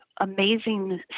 amazing